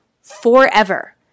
forever